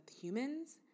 humans